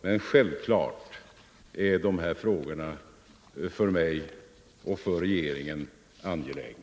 Men självfallet är de här frågorna angelägna för mig och för regeringen i övrigt.